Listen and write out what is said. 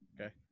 Okay